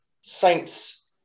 Saints